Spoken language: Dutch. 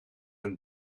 een